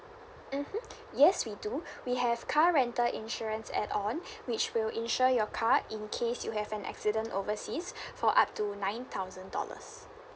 mmhmm yes we do we have car rental insurance add-on which will insure your card in case you have an accident overseas for up to nine thousand dollars